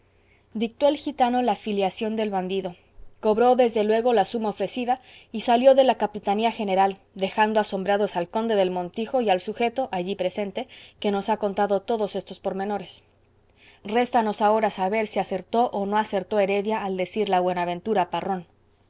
dictó el gitano la filiación del bandido cobró desde luego la suma ofrecida y salió de la capitanía general dejando asombrados al conde del montijo y al sujeto allí presente que nos ha contado todos estos pormenores réstanos ahora saber si acertó o no acertó heredia al decir la buenaventura a parrón